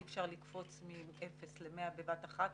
אי אפשר לקפוץ מאפס למאה בבת אחת,